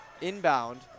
inbound